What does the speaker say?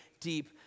deep